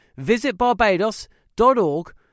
visitbarbados.org